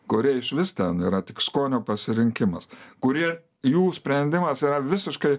kurie išvis ten yra tik skonio pasirinkimas kurie jų sprendimas yra visiškai